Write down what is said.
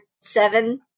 seven